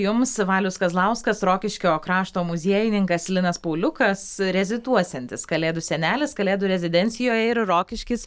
jums valius kazlauskas rokiškio krašto muziejininkas linas pauliukas reziduosiantis kalėdų senelis kalėdų rezidencijoje ir rokiškis